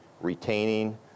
retaining